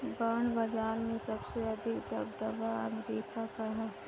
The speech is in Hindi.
बांड बाजार में सबसे अधिक दबदबा अमेरिका का है